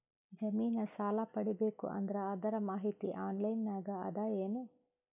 ಜಮಿನ ಸಾಲಾ ಪಡಿಬೇಕು ಅಂದ್ರ ಅದರ ಮಾಹಿತಿ ಆನ್ಲೈನ್ ನಾಗ ಅದ ಏನು?